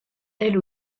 elle